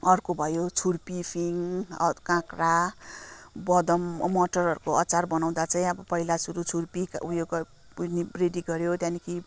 अर्को भयो छुर्पी फिङ काक्रा बदम मटरहरूको अचार बनाउँदा चाहिँ पहिला सुरु छुर्पी उयो गर रेडी गऱ्यो त्यहाँदेखि